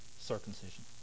circumcision